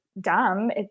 dumb